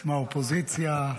-- מהאופוזיציה,